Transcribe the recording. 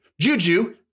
Juju